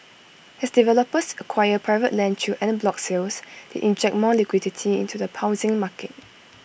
as developers acquire private land through en bloc sales they inject more liquidity into the housing market